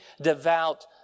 devout